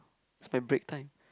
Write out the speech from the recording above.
it's my break time